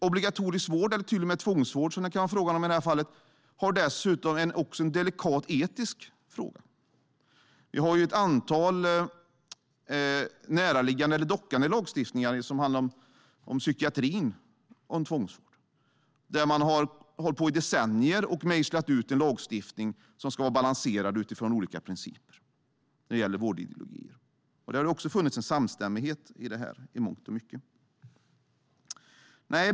Obligatorisk vård, eller till och med tvångsvård, som det kan vara fråga om i det här fallet, har dessutom också en delikat etisk aspekt. Vi har ett antal dockande lagstiftningar som handlar om psykiatri och tvångsvård och där man i decennier har hållit på och mejslat ut en lagstiftning som ska vara balanserad utifrån olika principer och vårdideologier. Där har det också i mångt och mycket funnits en samstämmighet.